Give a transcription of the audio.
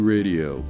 Radio